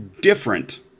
different